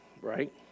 Right